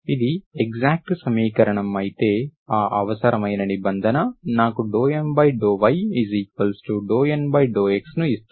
ఇది ఎక్సాక్ట్ సమీకరణం అయితే ఆ అవసరమైన నిబంధన నాకు ∂M∂y∂N∂x ను ఇస్తుందని తెలుసు